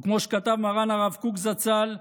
וכמו שכתב מרן הרב קוק זצ"ל,